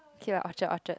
okay lah Orchard Orchard